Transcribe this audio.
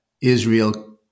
Israel